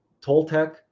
Toltec